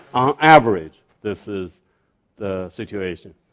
average this is the situation.